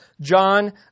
John